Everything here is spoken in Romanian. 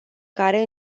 care